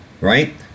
right